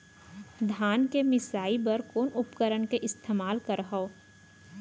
धान के मिसाई बर कोन उपकरण के इस्तेमाल करहव?